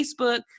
Facebook